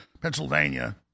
Pennsylvania